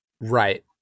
Right